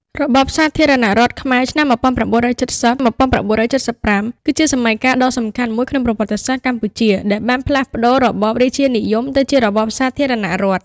របបសាធារណរដ្ឋខ្មែរ (ឆ្នាំ ១៩៧០-១៩៧៥) គឺជាសម័យកាលដ៏សំខាន់មួយក្នុងប្រវត្តិសាស្ត្រកម្ពុជា ដែលបានផ្លាស់ប្ដូររបបរាជានិយមទៅជារបបសាធារណរដ្ឋ។